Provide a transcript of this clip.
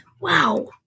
Wow